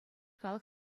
халӑх